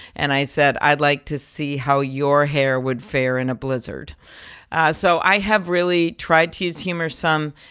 and i said, i'd like to see how your hair would fare in a blizzard so i have really tried to use humor some,